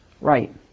Right